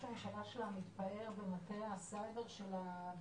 הממשלה שלנו מתפאר במטה הסייבר שלה.